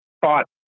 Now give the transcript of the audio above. thought